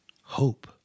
Hope